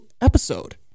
episode